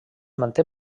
manté